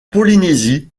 polynésie